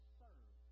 serve